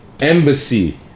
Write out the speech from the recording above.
embassy